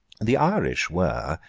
the irish were,